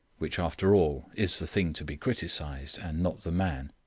which after all is the thing to be criticised and not the man.